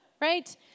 right